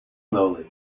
slowly